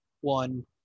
one